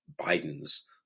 Biden's